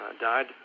died